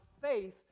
faith